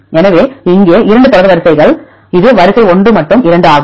எனவே இங்கே 2 தொடர்கள் இது வரிசை 1 இது 2 ஆகும்